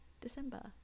December